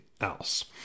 else